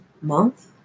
month